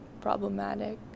problematic